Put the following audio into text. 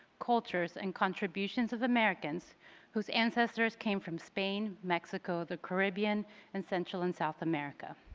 cultures and contributions of americans whose ancestors came from spain, mexico, the caribbean and central and south america.